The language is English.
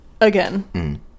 again